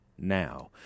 Now